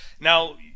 Now